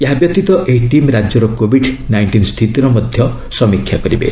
ଏହା ବ୍ୟତୀତ ଏହି ଟିମ୍ ରାଜ୍ୟର କୋବିଡ୍ ନାଇଷ୍ଟିନ୍ ସ୍ଥିତିର ମଧ୍ୟ ସମୀକ୍ଷା କରିବେ